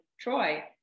Troy